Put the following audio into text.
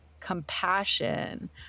compassion